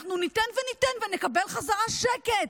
אנחנו ניתן וניתן, ונקבל בחזרה שקט.